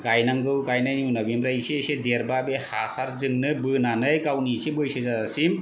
गायनांगौ गायनायनि उनाव बेनिफ्राय एसे एसे देरबा बे हासारजोंनो बोनानै गावनि एसे बैसो जाजासिम